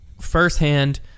firsthand